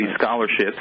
scholarships